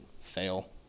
fail